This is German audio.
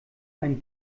ein